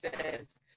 says